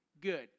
Good